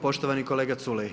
Poštovani kolega Culej.